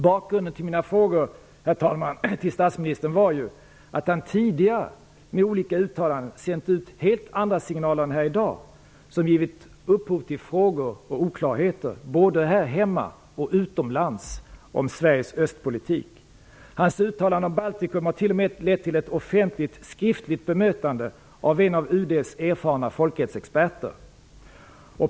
Bakgrunden till mina frågor till statsministern, herr talman, var ju att han tidigare med olika uttalanden sänt ut helt andra signaler än här i dag, som givit upphov till frågor och oklarheter, både här hemma och utomlands, om Sveriges östpolitik. Hans uttalanden om Baltikum har t.o.m. lett till ett officiellt skriftligt bemötande av en av UD:s erfarna folkrättsexperter.